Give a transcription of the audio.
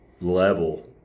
level